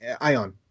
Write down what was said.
Ion